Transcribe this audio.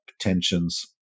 tensions